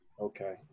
Okay